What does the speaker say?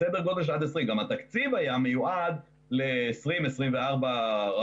סדר גודל של עד 20. גם התקציב היה מיועד ל-20-24 רשויות.